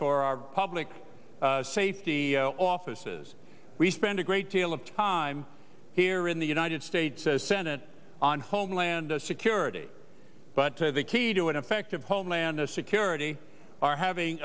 for our public safety offices we spend a great deal of time here in the united states says senate on homeland security but to the key to an effective homeland security are having